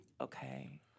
okay